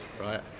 right